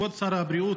כבוד שר הבריאות,